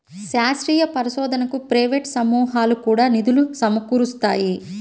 శాస్త్రీయ పరిశోధనకు ప్రైవేట్ సమూహాలు కూడా నిధులు సమకూరుస్తాయి